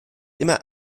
immer